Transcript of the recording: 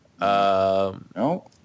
no